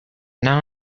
now